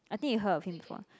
I think you head of him before